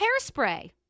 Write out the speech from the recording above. Hairspray